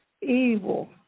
evil